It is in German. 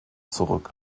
zurück